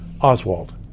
Oswald